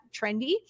trendy